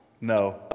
No